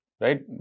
right